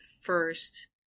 first